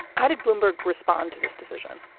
how did bloomberg respond to this decision?